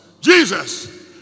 Jesus